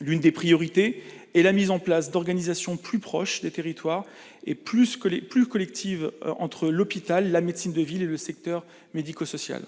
L'une des priorités est la mise en place d'organisations plus proches des territoires et plus collectives entre l'hôpital, la médecine de ville et le secteur médico-social.